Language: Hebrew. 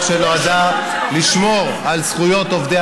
מדובר בהצעת חוק שנועדה לשמור על זכויות עובדי